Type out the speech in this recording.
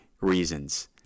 reasons